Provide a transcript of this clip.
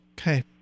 okay